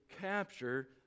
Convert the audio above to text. capture